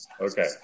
Okay